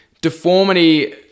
deformity